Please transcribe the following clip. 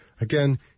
Again